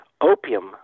opium